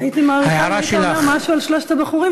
הייתי מעריכה את זה אם היית אומר משהו על שלושת הבחורים,